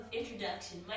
introduction